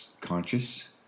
conscious